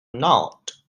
not